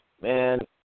Man